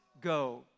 go